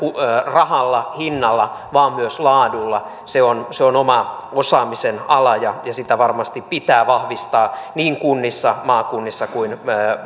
rahalla hinnalla vaan myös laadulla se on se on oma osaamisen alansa ja ja sitä varmasti pitää vahvistaa niin kunnissa maakunnissa kuin